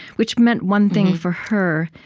which meant one thing for her,